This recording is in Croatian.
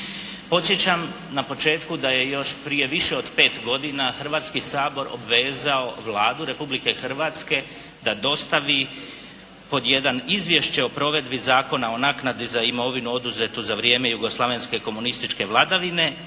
Podsjećam na početku da je još prije više od pet godina Hrvatski sabor obvezao Vladu Republike Hrvatske da dostavi pod jedan izvješće o provedbi Zakona o naknadi za imovinu oduzetu za vrijeme jugoslavenske komunističke vladavine,